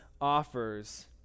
offers